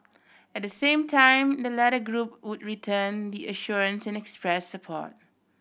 at the same time the latter group would return the assurances and express support